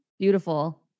beautiful